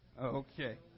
Okay